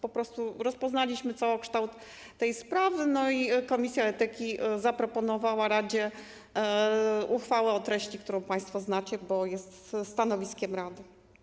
Po prostu rozpoznaliśmy całokształt tej sprawy i komisja etyki zaproponowała radzie uchwałę o treści, którą państwo znacie, bo jest stanowiskiem rady.